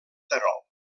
terol